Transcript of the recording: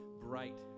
bright